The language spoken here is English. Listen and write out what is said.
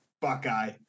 buckeye